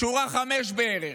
משורה 5 בערך: